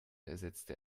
ersetzte